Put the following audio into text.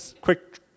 quick